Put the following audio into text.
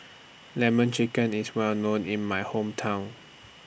Lemon Chicken IS Well known in My Hometown